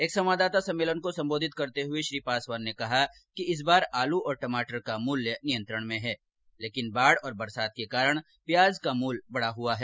एक संवाददाता सम्मेलन को संबोधित करते हुए श्री पासवान ने कहा कि इस बार आलू और टमाटर का मूल्य नियंत्रण में है लेकिन बाढ़ और बरसात के कारण प्याज का मूल्य बढा हुआ है